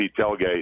tailgate